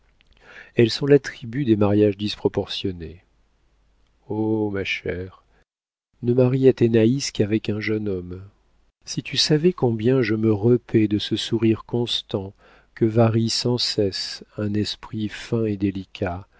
elles sont l'attribut des mariages disproportionnés oh ma chère ne marie athénaïs qu'avec un jeune homme si tu savais combien je me repais de ce sourire constant que varie sans cesse un esprit fin et délicat